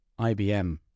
IBM